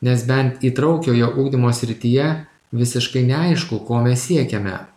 nes bent įtraukiojo ugdymo srityje visiškai neaišku ko mes siekiame